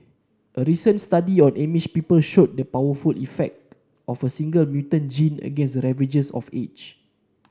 a recent study on Amish people showed the powerful effect of a single mutant gene against the ravages of age